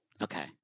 Okay